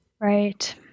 Right